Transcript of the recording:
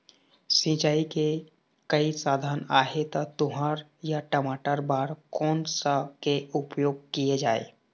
सिचाई के कई साधन आहे ता तुंहर या टमाटर बार कोन सा के उपयोग किए जाए?